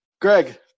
Greg